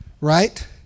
right